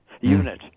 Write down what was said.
unit